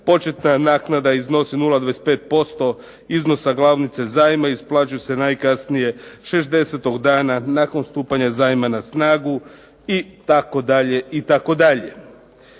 Početna naknada iznosi 0,25% iznosa glavnice zajma. Isplaćuje se najkasnije 60 dana nakon stupanja zajma na snagu itd.